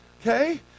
Okay